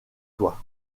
toit